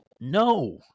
no